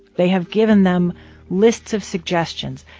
they have given them lists of suggestions,